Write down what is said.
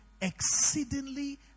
exceedingly